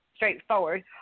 straightforward